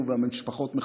מבחינתי,